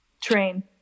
Train